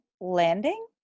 landing